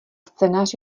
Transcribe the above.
scénář